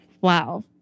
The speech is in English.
Wow